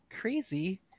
crazy